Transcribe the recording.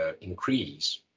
increase